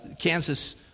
kansas